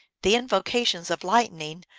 the invocations of lightning,